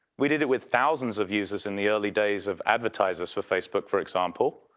we did it with thousands of users in the early days of advertisers for facebook for example.